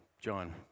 John